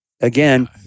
Again